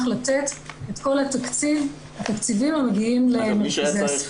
לתת את כל התקציבים המגיעים למרכזי הסיוע.